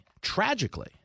tragically